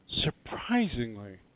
surprisingly